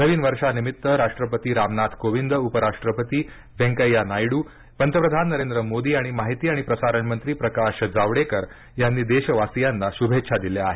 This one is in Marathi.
नवीन वर्षानिमित्त राष्ट्रपती रामनाथ कोविंद उपराष्ट्रपती व्यंकय्या नायडू पंतप्रधान नरेंद्र मोदी आणि माहिती आणि प्रसारण मंत्री प्रकाश जावडेकर यांनी देशवासियांना शुभेच्छा दिल्या आहेत